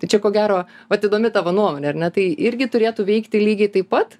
tai čia ko gero vat įdomi tavo nuomonė ar ne tai irgi turėtų veikti lygiai taip pat